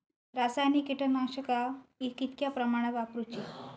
रासायनिक कीटकनाशका कितक्या प्रमाणात वापरूची?